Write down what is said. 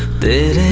the